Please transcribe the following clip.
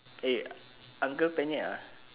eh uncle penyet ah